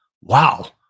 Wow